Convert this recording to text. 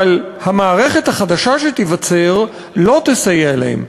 אבל המערכת החדשה שתיווצר לא תסייע להם.